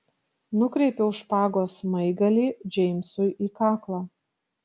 nukreipiau špagos smaigalį džeimsui į kaklą